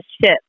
ship